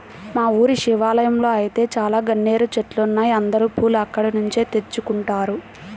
మా ఊరి శివాలయంలో ఐతే చాలా గన్నేరు చెట్లున్నాయ్, అందరూ పూలు అక్కడ్నుంచే తెచ్చుకుంటారు